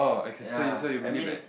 ya I mean